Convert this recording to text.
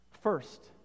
First